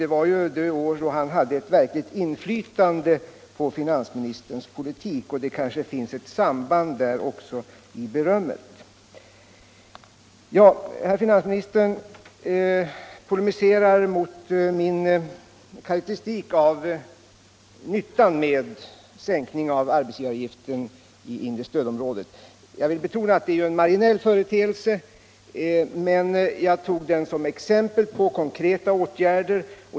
Det var ju de år då herr Hermansson hade ett verkligt inflytande på finansministerns politik, och då kanske det finns ett samband där också med berömmet. Herr finansministern polemiserar mot min karakteristik av nyttan med sänkning av arbetsgivaravgiften i inre stödområdet. Jag vill betona att det är en marginell företeelse, men jag tog den som exempel på konkreta åtgärder.